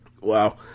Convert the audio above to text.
Wow